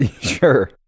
Sure